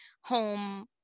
home